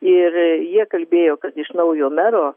ir jie kalbėjo kad iš naujo mero